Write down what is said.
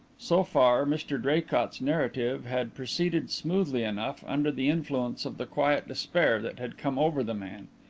so far mr draycott's narrative had proceeded smoothly enough under the influence of the quiet despair that had come over the man.